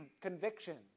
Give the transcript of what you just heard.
convictions